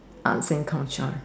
arts and culture